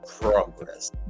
progress